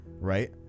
right